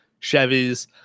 Chevys